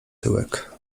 tyłek